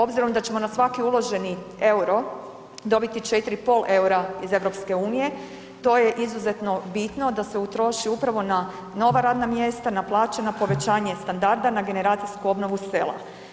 Obzirom da ćemo na svaki uloženi EUR-o dobiti 4,5 EUR-a iz EU to je izuzetno bitno da se utroši upravo na nova radna mjesta, na plaće, na povećanje standarda, na generacijsku obnovu sela.